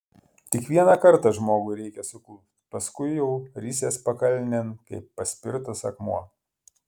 tik vieną kartą žmogui reikia suklupt paskui jau risies pakalnėn kaip paspirtas akmuo